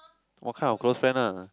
what kind of close friend ah